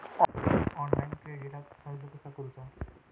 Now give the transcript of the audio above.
Online क्रेडिटाक अर्ज कसा करुचा?